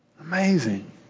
Amazing